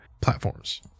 platforms